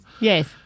Yes